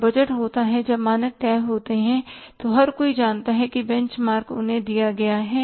जब बजट होता है जब मानक तय होते हैं तो हर कोई जानता है कि बेंच मार्क उन्हें दिया गया है